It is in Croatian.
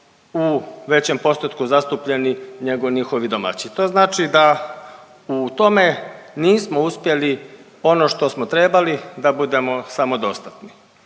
u većem postotku zastupljeni nego njihovi domaći. To znači da u tome nismo uspjeli ono što smo trebali da budemo samodostatni.